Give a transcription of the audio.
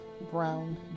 Brown